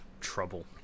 trouble